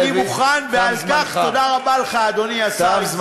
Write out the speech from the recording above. יופי, אני מוכן, ועל כך תודה רבה לך, אדוני השר.